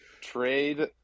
Trade